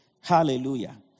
Hallelujah